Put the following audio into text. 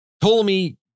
Ptolemy